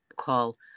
call